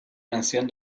mención